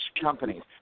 companies